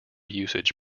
usage